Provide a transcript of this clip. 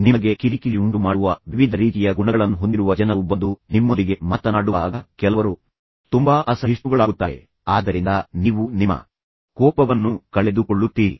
ನಿಮಗೆ ಕಿರಿಕಿರಿಯುಂಟುಮಾಡುವ ವಿವಿಧ ರೀತಿಯ ಗುಣಗಳನ್ನು ಹೊಂದಿರುವ ಜನರು ಬಂದು ನಿಮ್ಮೊಂದಿಗೆ ಮಾತನಾಡುವಾಗ ಕೆಲವರು ತುಂಬಾ ಅಸಹಿಷ್ಣುಗಳಾಗುತ್ತಾರೆ ಆದ್ದರಿಂದ ನೀವು ನಿಮ್ಮ ಕೋಪವನ್ನು ಕಳೆದುಕೊಳ್ಳುತ್ತೀರಿ